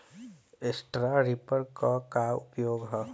Straw reaper क का उपयोग ह?